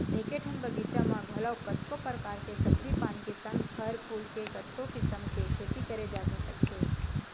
एके ठन बगीचा म घलौ कतको परकार के सब्जी पान के संग फर फूल के कतको किसम के खेती करे जा सकत हे